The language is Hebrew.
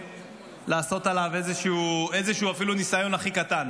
לעשות עליו איזשהו ניסיון אפילו הכי קטן